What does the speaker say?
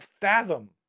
fathom